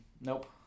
Nope